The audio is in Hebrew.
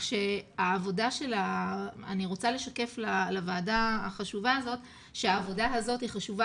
אני רוצה לשקף לוועדה החשובה הזאת שהעבודה הזאת היא חשובה